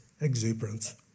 exuberance